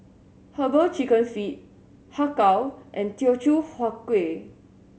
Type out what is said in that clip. Herbal Chicken Feet Har Kow and Teochew Huat Kueh